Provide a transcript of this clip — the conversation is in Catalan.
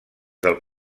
del